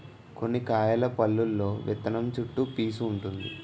కొన్ని కాయల పల్లులో విత్తనం చుట్టూ పీసూ వుంటుంది